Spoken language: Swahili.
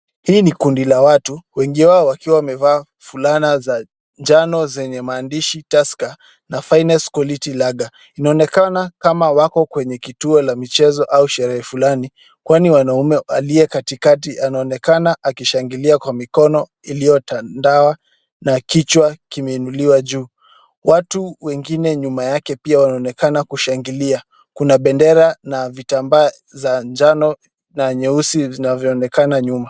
Hii ni kundi la watu wengi wao wakiwa wamevaa fulana za njano zenye maandishi Tusker na [C] Finest quality [c] ladha. Inaonekana kama wako kwenye kituo cha michezo au sherehe flani, kwani mwanaume aliye katikatika anaonekanaka akishangilia kwa mikono iliyotandawa na kichwa kimeinuliwa juu. Watu wengine nyuma yake pia wanaonekana wakishangilia. Kuna bendera na vitambaa za njano na vyeusi vinavyoonekana nyuma.